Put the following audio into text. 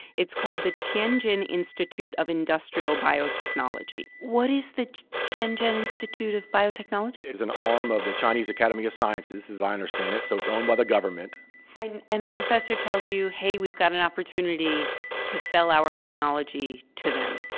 it's called the tianjin institute of industrial biotechnology. what is the tianjin institute of biotechnology? it's an arm of the chinese academy of sciences as i understand it, so it's owned by the government and and the professor tells you, hey, we've got an opportunity to sell our technology to them